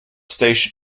station